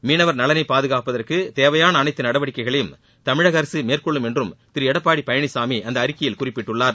மீனவர் நலனை பாதுகாப்பதற்கு தேவையான அனைத்து நடவடிக்கைகளையும் தமிழக அரசு மேற்கொள்ளும் என்றும் திரு எடப்பாடி பழனிசாமி அந்த அறிக்கையில் குறிப்பிட்டுள்ளார்